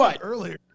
earlier